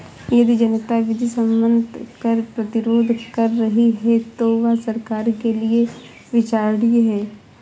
यदि जनता विधि सम्मत कर प्रतिरोध कर रही है तो वह सरकार के लिये विचारणीय है